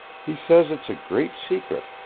he says it's a great secret,